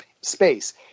space